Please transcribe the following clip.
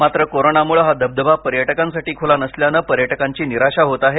मात्र कोरोनामुळे हा धबधबा पर्यटकांसाठी खूला नसल्याने पर्यटकांची निराशा होत आहे